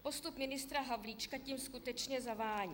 Postup ministra Havlíčka tím skutečně zavání.